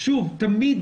שוב, תמיד